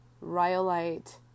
Rhyolite